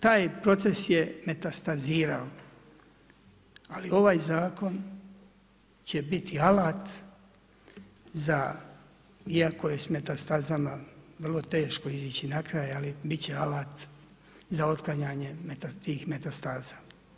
Taj proces je metastazirao, ali ovaj zakon će biti alat za iako je sa metastazama vrlo teško izići na kraj, ali bit će alat za otklanjanje tih metastaza.